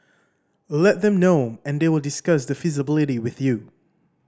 let them know and they will discuss the feasibility with you